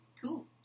cool